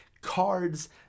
cards